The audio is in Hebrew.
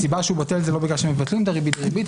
הסיבה שהוא בטל זה לא בגלל שמבטלים את הריבית דריבית,